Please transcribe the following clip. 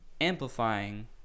amplifying